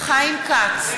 חיים כץ,